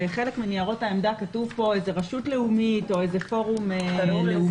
בחלק מניירות העמדה כתוב כאן איזו רשות לאומית או איזה פורום לאומי.